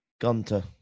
Gunter